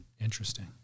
Interesting